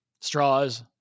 Straws